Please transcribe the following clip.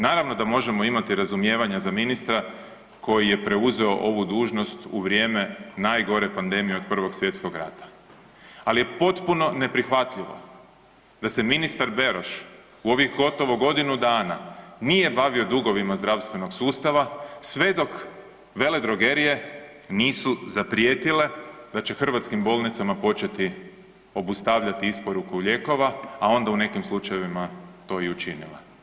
Naravno da možemo imati razumijevanja za ministra koji je preuzeo ovu dužnost u vrijeme najgore pandemije od Prvog svjetskog rata, ali je potpuno neprihvatljivo da se ministar Beroš u ovih gotovo godinu dana nije bavio dugovima zdravstvenog sustava sve dok veledrogerije nisu zaprijetile da će hrvatskim bolnicama početi obustavljati isporuku lijekova, a onda u nekim slučajevima to i učinile.